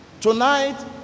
Tonight